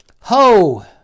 Ho